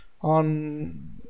on